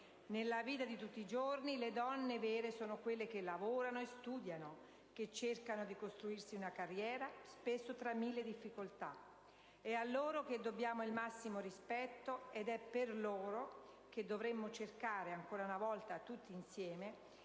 Nella vita di tutti i giorni, le donne vere sono quelle che lavorano e studiano, che cercano di costruirsi una carriera, spesso tra mille difficoltà. È a loro che dobbiamo il massimo rispetto ed è per loro che dovremmo cercare, ancora una volta tutti insieme,